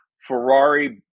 Ferrari